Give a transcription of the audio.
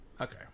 Okay